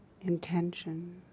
intention